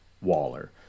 Waller